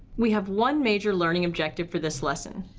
we have one major learning objective for this lesson.